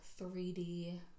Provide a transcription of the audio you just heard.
3D